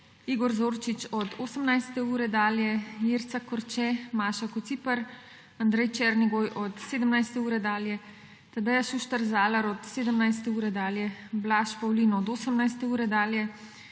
Igor Zorčič od 18. ure dalje, Jerca Korče, Maša Kociper, Andrej Černigoj od 17. ure dalje, Tadeja Šuštar Zalar od 17. ure dalje, Blaž Pavlin od 18. ure dalje,